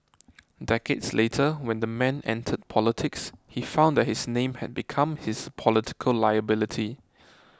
decades later when the man entered politics he found that his name had become his political liability